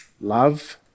Love